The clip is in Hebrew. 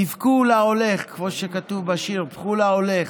תבכו להולך, כמו שכתוב בשיר: בכו להולך.